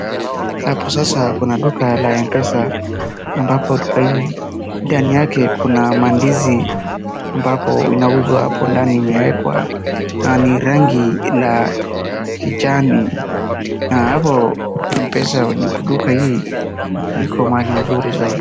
Hapao sasa kuna duka la Mpesa ambapo duka hii ndani yake kuna mandizi ambapo inauzwa hapo ndani imewekwa na ni rangi la kijani. Na hapo Mpesa duka hii iko mahali mzuri zaidi.